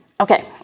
Okay